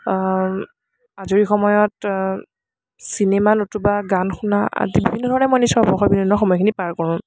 আজৰি সময়ত চিনেমা নতুবা গান শুনা আদি বিভিন্ন ধৰণে মোৰ অৱসৰ বিনোদনৰ সময়খিনি পাৰ কৰোঁ